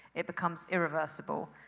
it becomes irreversible,